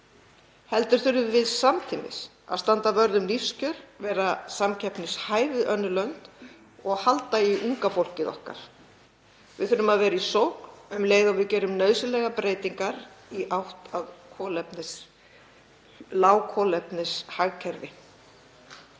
heldur þurfum við samtímis að standa vörð um lífskjör, vera samkeppnishæf við önnur lönd og halda í unga fólkið okkar. Við þurfum að vera í sókn um leið og við gerum nauðsynlegar breytingar í átt að lágkolefnishagkerfi.